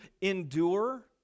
endure